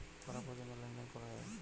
কটা পর্যন্ত লেন দেন করা য়ায়?